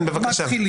בבקשה.